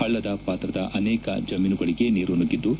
ಪಳ್ಳದ ಪಾತ್ರದ ಅನೇಕ ಜಮೀನುಗಳಿಗೆ ನೀರು ನುಗ್ಗಿದ್ದು